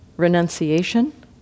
Renunciation